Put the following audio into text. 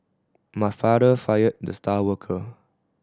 my father fired the star worker